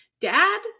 Dad